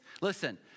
listen